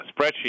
spreadsheet